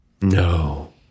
No